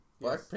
Black